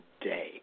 day